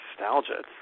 nostalgia